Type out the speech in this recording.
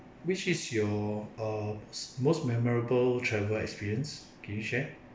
which is your uh most memorable travel experience can you share